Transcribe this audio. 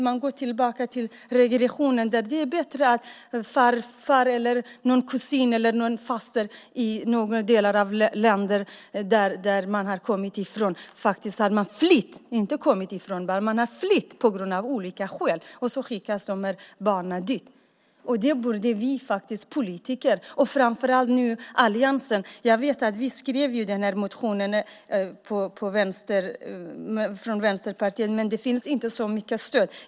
Man övergår till regression, där det är bättre att farfar, någon kusin eller faster i ett land som man har flytt från av olika skäl tar hand om barnen, och så skickas de dit. Vi i Vänsterpartiet skrev den här motionen, men det finns inte så mycket stöd.